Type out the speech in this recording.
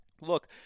look